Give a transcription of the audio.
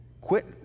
quit